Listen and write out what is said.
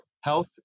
health